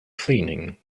cleaning